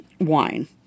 wine